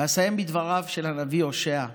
אסיים בדבריו של הנביא הושע,